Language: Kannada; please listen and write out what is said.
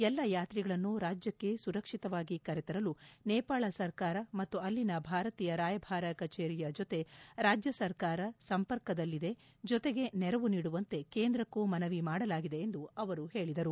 ಎಲ್ಲ ಯಾತ್ರಿಗಳನ್ನು ರಾಜ್ಯಕ್ಷೆ ಸುರಕ್ಷಿತವಾಗಿ ಕರೆತರಲು ನೇಪಾಳ ಸರ್ಕಾರ ಮತ್ತು ಅಲ್ಲಿನ ಭಾರತೀಯ ರಾಯಭಾರ ಕಚೇರಿಯ ಜೊತೆ ರಾಜ್ಯ ಸರ್ಕಾರ ಸಂಪರ್ಕದಲ್ಲಿದೆ ಜೊತೆಗೆ ನೆರವು ನೀಡುವಂತೆ ಕೇಂದ್ರಕ್ಕೂ ಮನವಿ ಮಾಡಲಾಗಿದೆ ಎಂದು ಅವರು ಹೇಳಿದರು